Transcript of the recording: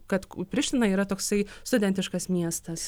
kad priština yra toksai studentiškas miestas